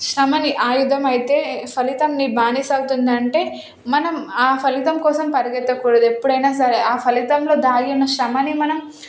శ్రమ నీ ఆయుధం అయితే ఫలితం నీ బానిస అవుతుందంటే మనం ఆ ఫలితం కోసం పరిగెత్తకూడదు ఎప్పుడైనా సరే ఆ ఫలితంలో దాగి ఉన్న శ్రమనే మనం